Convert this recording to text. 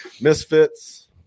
Misfits